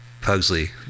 Pugsley